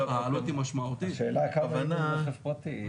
השאלה כמה --- רכב פרטי.